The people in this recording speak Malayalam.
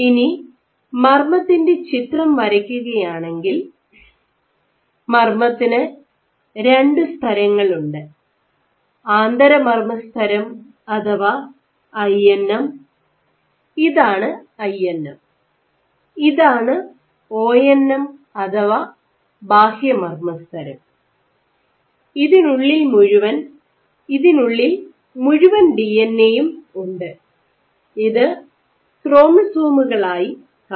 ഇനി മർമ്മത്തിൻറെ ചിത്രം വരയ്ക്കുകയാണെങ്കിൽ മർമ്മത്തിന് രണ്ടു സ്തരങ്ങളുണ്ട് ആന്തരമർമസ്തരം അഥവാ ഐ എൻ എം ഇതാണ് ഐ എൻ എം ഇതാണ് ഒ എൻ എം അഥവാ ബാഹ്യമർമസ്തരം ഇതിനുള്ളിൽ മുഴുവൻ ഡിഎൻഎ യും ഉണ്ട് ഇത് ക്രോമസോമുകളായി കാണുന്നു